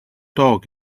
dog